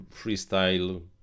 freestyle